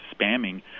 spamming